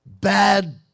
bad